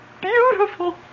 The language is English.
beautiful